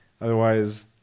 Otherwise